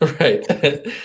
right